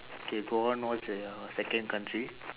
okay go on what's your second country